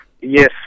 Yes